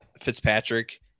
Fitzpatrick